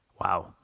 Wow